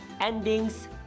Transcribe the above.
endings